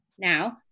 now